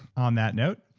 on that note,